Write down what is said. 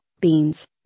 beans